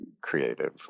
creative